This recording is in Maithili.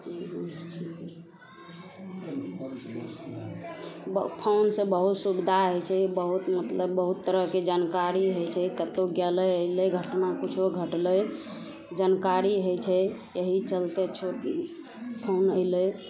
बऽ फोनसे बहुत सुविधा होइ छै बहुत मतलब बहुत तरहके जानकारी होइ छै कतहु गेलै अएलै घटना किछु घटलै जानकारी होइ छै एहि सबसे छोट ई फोन अएलै